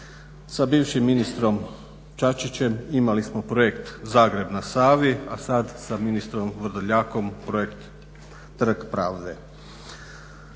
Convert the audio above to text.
Sa bivšim ministrom Čačićem imali smo projekt Zagreb na Savi, a sad sa ministrom Vrdoljakom projekt Trg pravde,